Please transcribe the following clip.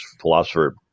philosopher